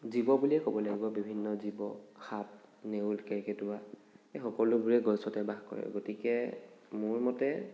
জীৱ বুলিয়ে ক'ব লাগিব বিভিন্ন জীৱ সাপ নেউল কেৰ্কেটুৱা এই সকলোবোৰেই গছতে বাস কৰে গতিকে মোৰ মতে